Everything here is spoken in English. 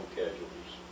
casualties